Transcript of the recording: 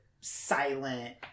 silent